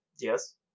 Yes